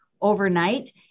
overnight